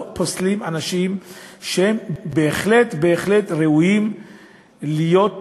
לא פוסלים אנשים שהם ראויים בהחלט להיות